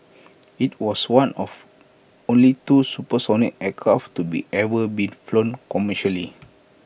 IT was one of only two supersonic aircraft to be ever be flown commercially